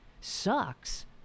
sucks